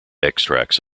extracts